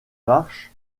arche